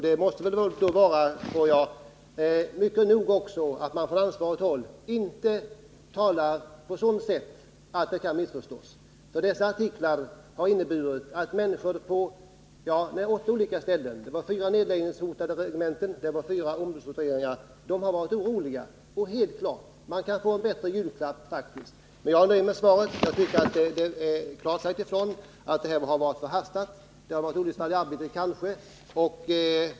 Det måste väl då vara viktigt att man från ansvarigt håll inte talar på sådant sätt att det kan missförstås. De artiklar som det här gäller har inneburit att människor på åtta olika ställen varit oroliga. Fyra regementen var nedläggningshotade och i fyra fall gällde det omorganiseringar. Det är helt klart att man kan få en bättre julklapp. Men jag är nöjd med svaret. Jag tycker att det klart sagts ifrån att det uttalande det här är fråga om var förhastat — kanske ett olycksfall i arbetet.